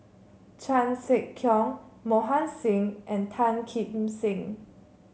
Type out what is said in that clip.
Chan Sek Keong Mohan Singh and Tan Kim Seng